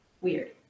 weird